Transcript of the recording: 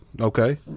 Okay